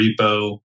repo